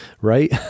right